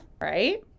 right